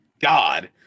God